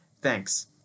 Thanks